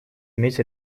иметь